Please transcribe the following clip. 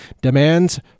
Demands